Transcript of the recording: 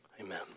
Amen